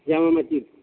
Jama Masjid